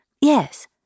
Yes